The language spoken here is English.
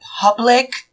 public